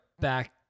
back